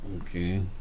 Okay